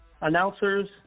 announcers